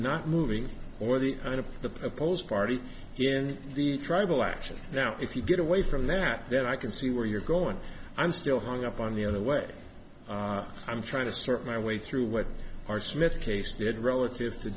not moving or the end of the proposed party in the tribal action now if you get away from that that i can see where you're going i'm still hung up on the other way i'm trying to assert my way through what are smith case did relative to